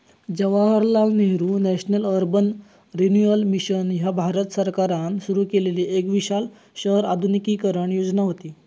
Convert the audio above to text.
Jawaharlal Nehru national urban renewal mission ह्या भारत सरकारान सुरू केलेली एक विशाल शहर आधुनिकीकरण योजना व्हती